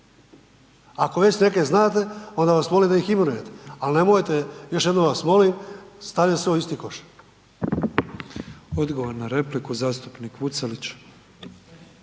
Ako već neke znate onda vas molim da ih imenujete. Ali nemojte još jednom vas molim stavljati sve u isti koš. **Petrov, Božo (MOST)** Odgovor na repliku zastupnik Vucelić.